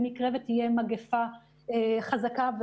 במקרה ותהיה מגיפה חזקה,